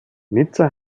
nizza